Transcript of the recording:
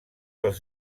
els